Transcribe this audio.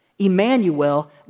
Emmanuel